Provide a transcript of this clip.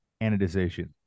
anodization